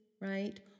right